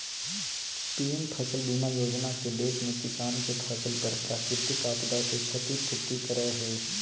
PM फसल बीमा योजना के देश में किसान के फसल पर प्राकृतिक आपदा से क्षति पूर्ति करय हई